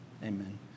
Amen